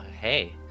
hey